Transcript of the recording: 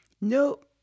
Nope